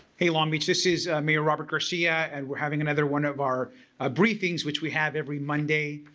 hey long beach this is mayor robert garcia and we're having another one of our ah briefings which we have every monday,